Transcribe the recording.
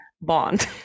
Bond